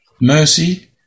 mercy